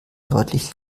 deutlich